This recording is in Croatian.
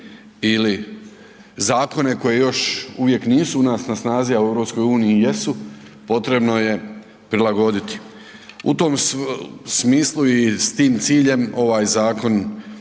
ili zakone koji još uvijek nisu u nas na snazi, al u EU jesu, potrebno je prilagoditi. U tom smislu i s tim ciljem ovaj zakon